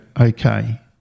okay